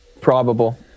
probable